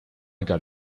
got